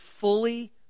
fully